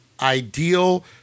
ideal